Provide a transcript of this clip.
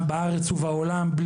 בארץ ובעולם,